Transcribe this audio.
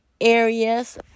areas